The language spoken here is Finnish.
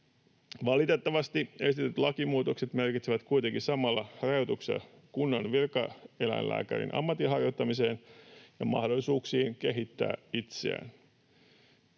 Valitettavasti esitetyt lakimuutokset merkitsevät kuitenkin samalla rajoituksia kunnan virkaeläinlääkärin ammatinharjoittamiseen ja mahdollisuuksiin kehittää itseään.